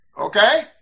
okay